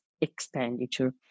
expenditure